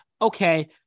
Okay